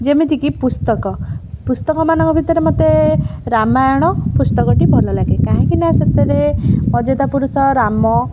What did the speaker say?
ଯେମିତିକି ପୁସ୍ତକ ପୁସ୍ତକ ମାନଙ୍କ ଭିତରେ ମୋତେ ରାମାୟଣ ପୁସ୍ତକଟି ଭଲ ଲାଗେ କାହିଁକି ନା ସେଥିରେ ମର୍ଯ୍ୟଦା ପୁରୁଷ ରାମ